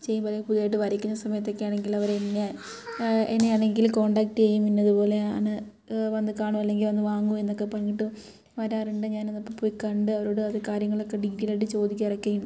ചെയ്യുമ്പോൾ അല്ലെങ്കിൽ പുതുതായിട്ട് വരയ്ക്കുന്ന സമയത്തൊക്കെ ആണെങ്കിൽ അവരെന്നെ എന്നെ ആണെങ്കിൽ കോൺടാക്റ്റ് ചെയ്യും പിന്നെ അതുപോലെ ആണ് വന്നു കാണു അല്ലെങ്കിൽ വന്നു വാങ്ങു എന്നൊക്കെ പറഞ്ഞിട്ട് വരാറുണ്ട് ഞാനതൊക്കെ പോയി കണ്ട് അവരോട് ആ കാര്യങ്ങളൊക്കെ ഡീറ്റൈലായിട്ട് ചോദിക്കാറൊക്കെ ഉണ്ട്